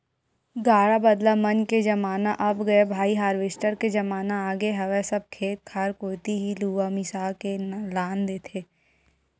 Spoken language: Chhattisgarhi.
गाड़ा बदला मन के जमाना अब गय भाई हारवेस्टर के जमाना आगे हवय सब खेत खार कोती ही लुवा मिसा के लान देथे